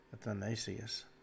Athanasius